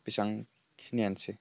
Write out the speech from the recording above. बेसांखिनियानोसै